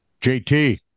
JT